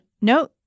no